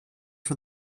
for